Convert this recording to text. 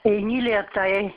eini lėtai